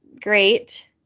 great